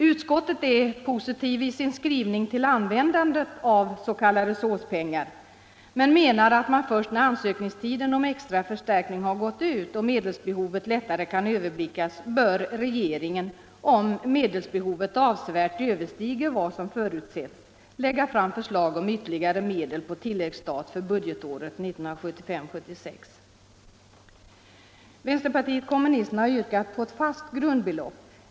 Utskottets skrivning är positiv till användningen av s.k. SÅS-pengar men menar att man först när ansökningstiden för extra förstärkning har gått ut och medelsbehovet lättare kan överblickas bör regeringen —- om medelsbehovet avsevärt överstiger vad som förutsätts — lägga fram förslag om ytterligare medel på tilläggsstat för budgetåret 1975/76. Vänsterpartiet kommunisterna har yrkat på ett fast grundbelopp.